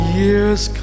years